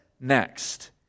next